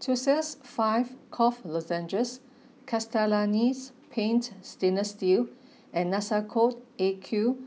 Tussils five Cough Lozenges Castellani's Paint Stainless and Nasacort AQ